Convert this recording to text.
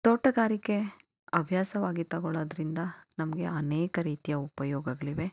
ತೋಟಗಾರಿಕೆ ಹವ್ಯಾಸವಾಗಿ ತೊಗೊಳ್ಳೋದ್ರಿಂದ ನಮಗೆ ಅನೇಕ ರೀತಿಯ ಉಪಯೋಗಗಳಿವೆ